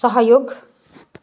सहयोग